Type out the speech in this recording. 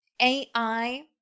AI